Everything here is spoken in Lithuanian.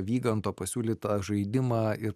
vyganto pasiūlytą žaidimą ir